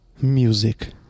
Music